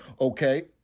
okay